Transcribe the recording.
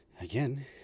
Again